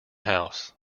house